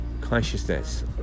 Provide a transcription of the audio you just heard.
consciousness